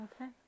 Okay